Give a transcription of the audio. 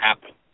happen